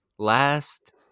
Last